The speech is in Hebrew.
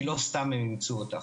כי לא סתם הם אימצו אותך.